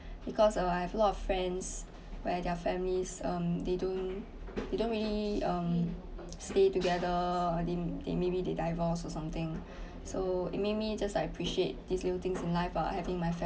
because I have a lot of friends where their families um they don't they don't really um stay together they didn't they maybe they divorced or something so it made me just like appreciate these little things in life ah having my family